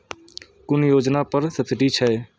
कुन योजना पर सब्सिडी छै?